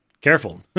careful